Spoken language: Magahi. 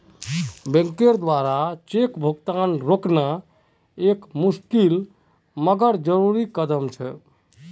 बैंकेर द्वारा चेक भुगतान रोकना एक मुशिकल मगर जरुरी कदम छे